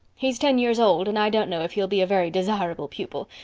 he's ten years old and i don't know if he'll be a very desirable pupil.